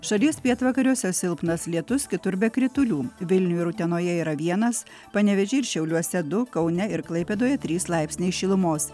šalies pietvakariuose silpnas lietus kitur be kritulių vilniuje ir utenoje yra vienas panevėžyje ir šiauliuose du kaune ir klaipėdoje trys laipsniai šilumos